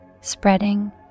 spreading